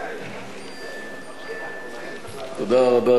תודה רבה,